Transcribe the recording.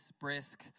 brisk